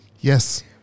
yes